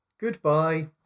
Goodbye